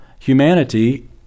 humanity